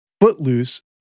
Footloose